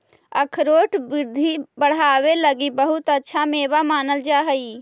अखरोट बुद्धि बढ़ावे लगी बहुत अच्छा मेवा मानल जा हई